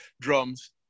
drums